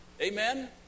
Amen